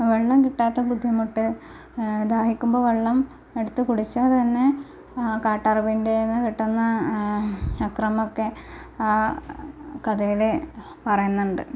വെള്ളം കിട്ടാത്ത ബുദ്ധിമുട്ട് ദാഹിക്കുമ്പോൾ വെള്ളം എടുത്ത് കുടിച്ചാൽ തന്നെ കാട്ടറബിന്റെയ്ന്ന് കിട്ടുന്ന അക്രമക്കെ ആ കഥയിലെ പറയുന്നുണ്ട്